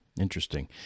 Interesting